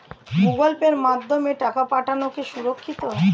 Google পের মাধ্যমে টাকা পাঠানোকে সুরক্ষিত?